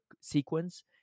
sequence